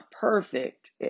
perfect